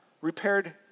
repaired